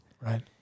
Right